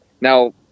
Now